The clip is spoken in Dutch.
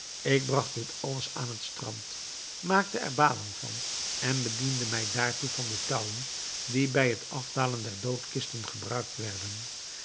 ik bragt dit alles aan het strand maakte er balen van en bediende mij daartoe van de touwen die bij het aflaten der doodkisten gebruikt werden